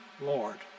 Lord